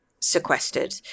sequestered